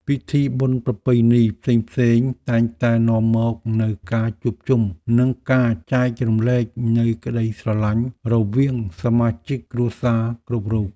ពិធីបុណ្យប្រពៃណីផ្សេងៗតែងតែនាំមកនូវការជួបជុំ និងការចែករំលែកនូវក្ដីស្រឡាញ់រវាងសមាជិកគ្រួសារគ្រប់រូប។